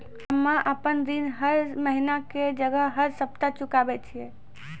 हम्मे आपन ऋण हर महीना के जगह हर सप्ताह चुकाबै छिये